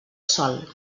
sol